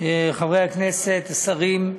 חברי הכנסת, שרים,